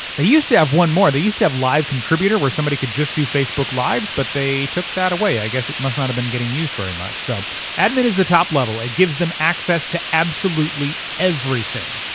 they used to have one more they used to have live contributor where somebody could just do facebook lives but they took that away. i guess it must not have been getting used very much. so admin is the top level. it gives them access to absolutely everything.